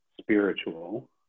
spiritual